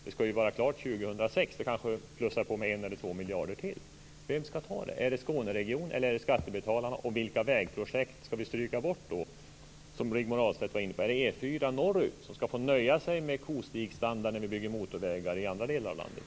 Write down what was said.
Det skall vara klart 2006. Det kanske plussas på med en eller två miljarder till. Vem skall ta kostnaden? Är det Skåneregionen, eller är det skattebetalarna? Vilka vägprojekt skall vi då stryka? Rigmor Ahlstedt var inne på det. Är det E 4:an norrut som skall få nöja sig med kostigsstandard när vi bygger motorvägar i andra delar av landet?